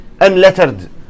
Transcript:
unlettered